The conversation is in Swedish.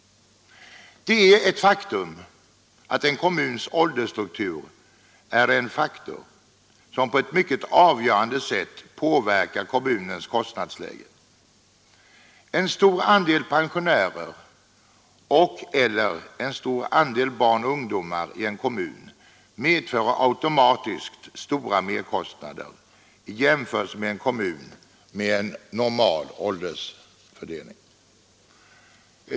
Det är ett faktum att en kommuns åldersstruktur på ett mycket avgörande sätt påverkar kommunens kostnadsläge. En stor andel pensionärer och/eller en stor andel barn och ungdomar i en kommun medför automatiskt stora merkostnader i jämförelse med kostnaderna i en kommun med en normal åldersfördelning.